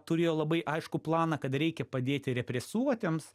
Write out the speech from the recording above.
turėjo labai aiškų planą kad reikia padėti represuotiems